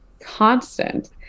constant